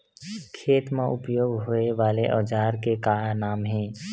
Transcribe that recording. खेत मा उपयोग होए वाले औजार के का नाम हे?